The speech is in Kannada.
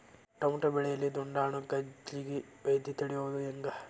ಟಮಾಟೋ ಬೆಳೆಯಲ್ಲಿ ದುಂಡಾಣು ಗಜ್ಗಿ ವ್ಯಾಧಿ ತಡಿಯೊದ ಹೆಂಗ್?